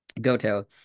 goto